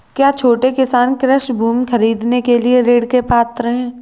क्या छोटे किसान कृषि भूमि खरीदने के लिए ऋण के पात्र हैं?